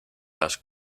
las